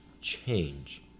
change